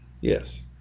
Yes